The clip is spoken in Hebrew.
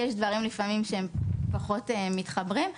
יש דברים לפעמים שהם פחות מתחברים,